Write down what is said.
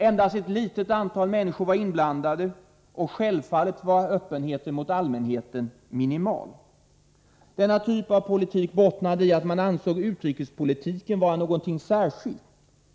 Endast ett litet antal människor var inblandade, och självfallet var öppenheten mot allmänheten minimal. Denna typ av politik bottnade i att man ansåg utrikespolitiken vara någonting särskilt.